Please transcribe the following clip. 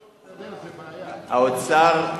האוצר,